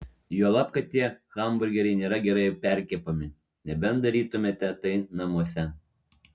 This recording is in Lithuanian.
juolab kad tie hamburgeriai nėra gerai perkepami nebent darytumėte tai namuose